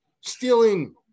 stealing